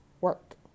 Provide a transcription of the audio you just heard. work